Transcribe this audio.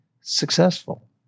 successful